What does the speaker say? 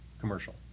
commercial